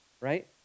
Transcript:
right